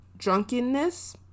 drunkenness